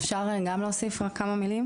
אפשר גם להוסיף רק כמה מילים?